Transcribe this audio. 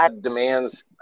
demands